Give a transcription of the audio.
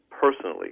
personally